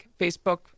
facebook